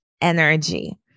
energy